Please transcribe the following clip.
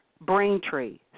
Braintree